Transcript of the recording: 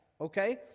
Okay